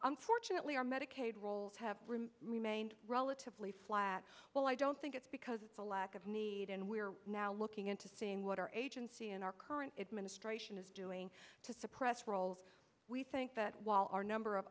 unfortunately our medicaid rolls have remained relatively flat well i don't think it's because of a lack of need and we're now looking into seeing what our agency and our current administration is doing to suppress role we think that while our number of